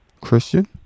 Christian